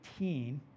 18